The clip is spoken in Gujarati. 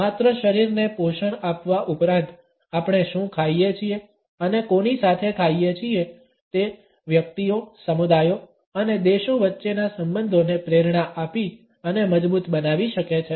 માત્ર શરીરને પોષણ આપવા ઉપરાંત આપણે શું ખાઈએ છીએ અને કોની સાથે ખાઈએ છીએ તે વ્યક્તિઓ સમુદાયો અને દેશો વચ્ચેના સંબંધોને પ્રેરણા આપી અને મજબૂત બનાવી શકે છે